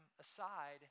aside